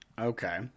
Okay